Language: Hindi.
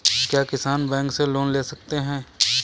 क्या किसान बैंक से लोन ले सकते हैं?